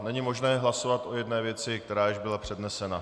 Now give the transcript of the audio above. Není možné hlasovat o jedné věci, která již byla přednesena.